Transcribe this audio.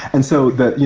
and so that, you